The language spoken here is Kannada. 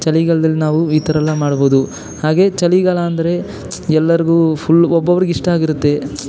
ಚಳಿಗಾಲ್ದಲ್ಲಿ ನಾವು ಈ ಥರ ಎಲ್ಲ ಮಾಡ್ಬಹುದು ಹಾಗೇ ಚಳಿಗಾಲ ಅಂದರೆ ಎಲ್ಲರಿಗೂ ಫುಲ್ ಒಬ್ಬೊಬ್ರಿಗೆ ಇಷ್ಟ ಆಗಿರುತ್ತೆ